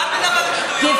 מה את מדברת שטויות?